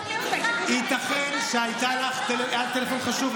ייתכן שהיה לך טלפון חשוב,